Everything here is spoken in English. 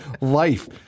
life